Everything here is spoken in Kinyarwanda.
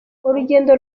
urugendo